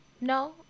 No